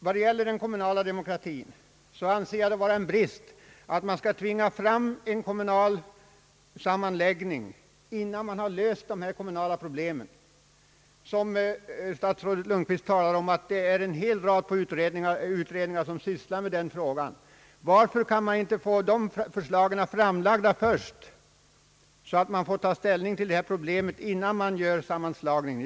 Vad den kommunala demokratin beträffar anser jag det vara en brist att man skall tvinga fram en kommunal sammanläggning innan man löst de problem om den kommunala demokratin som statsrådet Lundkvist säger att en hel rad utredningar sysslar med. Varför kan man inte få de förslagen framlagda först, så att man får ta ställning till dessa problem innan man gör sammanslagningarna?